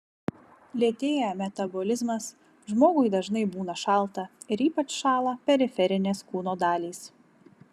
lėtėja metabolizmas žmogui dažnai būna šalta ir ypač šąla periferinės kūno dalys